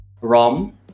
ROM